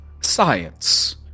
science